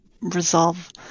resolve